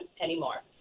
anymore